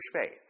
faith